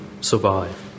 survive